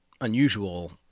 unusual